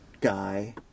Guy